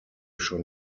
schon